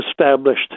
established